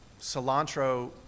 cilantro